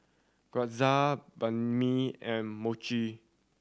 Gyoza Banh Mi and Mochi